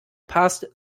passed